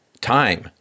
Time